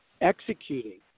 executing